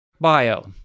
bio